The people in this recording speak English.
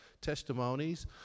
testimonies